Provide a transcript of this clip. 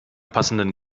passenden